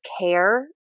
care